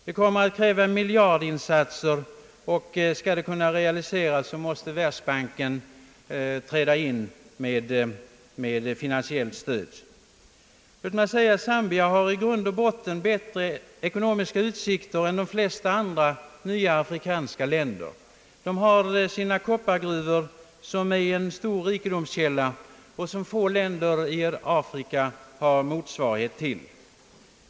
Det kommer att kräva miljardinsatser, och skall de kunna realiseras måste Världsbanken träda in med finansiellt stöd. Man kan säga att Zambia i grund och botten har bättre ekonomiska utsikter än de flesta andra nya afrikanska länder. Landet har i sina koppargruvor en stor rikedomskälla som få länder i Afrika har motsvarighet till.